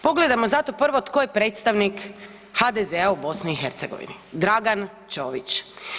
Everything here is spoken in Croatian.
Pogledajmo zato prvo tko je predstavnik HDZ-a u BiH, Dragan Ćović.